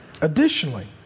additionally